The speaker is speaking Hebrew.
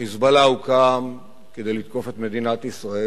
"חיזבאללה" הוקם כדי לתקוף את מדינת ישראל,